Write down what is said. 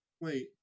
wait